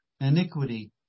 iniquity